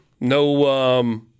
No